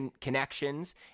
connections